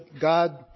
God